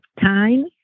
time